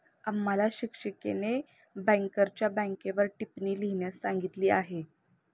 आम्हाला शिक्षिकेने बँकरच्या बँकेवर टिप्पणी लिहिण्यास सांगितली आहे